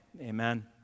amen